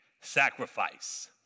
sacrifice